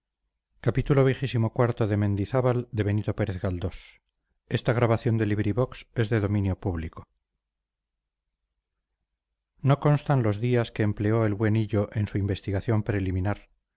no constan los días que empleó el buen hillo en su investigación preliminar